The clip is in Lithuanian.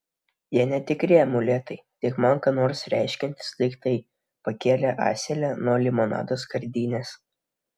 jie netikri amuletai tik man ką nors reiškiantys daiktai pakėlė ąselę nuo limonado skardinės